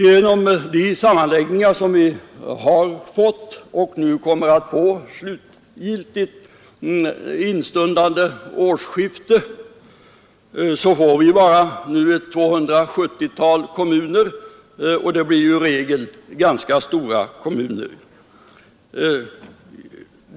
Genom de sammanläggningar som gjorts och slutgiltigt kommer att göras vid instundande årsskifte får vi nu bara omkring 270 kommuner, och det blir i regel ganska stora kommuner.